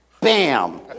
Bam